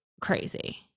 crazy